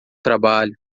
trabalho